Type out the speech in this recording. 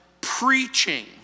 preaching